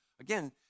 Again